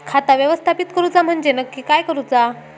खाता व्यवस्थापित करूचा म्हणजे नक्की काय करूचा?